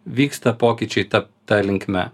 vyksta pokyčiai ta ta linkme